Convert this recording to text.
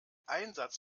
einsatz